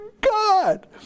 God